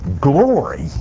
glory